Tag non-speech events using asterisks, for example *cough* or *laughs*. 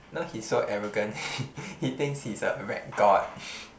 you know he's so arrogant *laughs* he he thinks he's a rec god *breath*